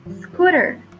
scooter